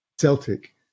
Celtic